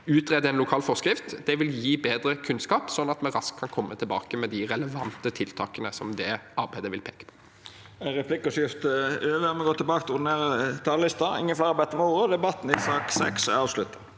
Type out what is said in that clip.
utrede en lokal forskrift. Det vil gi bedre kunnskap, sånn at vi raskt kan komme tilbake med de relevante tiltakene som det arbeidet vil peke på.